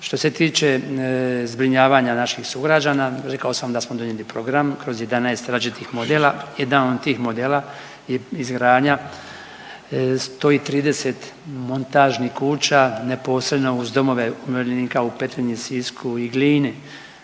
Što se tiče zbrinjavanja naših sugrađana rekao sam da smo donijeli program kroz 11 različitih modela, jedan od tih modela je izgradnja 130 montažnih kuća neposredno uz Domove umirovljenika u Petrinji, Sisku i Glini.